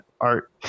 art